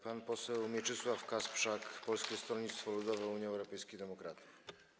Pan poseł Mieczysław Kasprzak, Polskie Stronnictwo Ludowe - Unia Europejskich Demokratów.